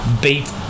beat